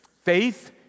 faith